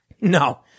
No